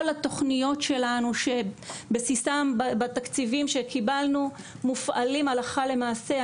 התוכניות שלנו שבסיסם בתקציבים שקיבלנו מופעלים הלכה למעשה,